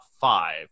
five